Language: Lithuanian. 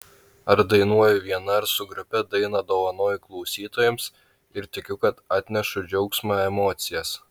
ar dainuoju viena ar su grupe dainą dovanoju klausytojams ir tikiu kad atnešu džiaugsmą emocijas